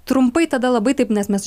trumpai tada labai taip nes mes